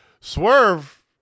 swerve